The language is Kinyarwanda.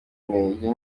ntege